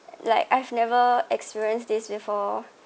like I've never experienced this before